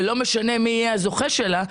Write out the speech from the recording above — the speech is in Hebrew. ולא משנה מי יהיה הזוכה שלה,